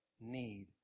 need